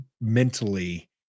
mentally